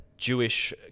Jewish